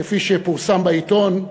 כפי שפורסם בעיתון,